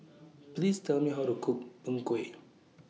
Please Tell Me How to Cook Png Kueh